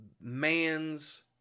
man's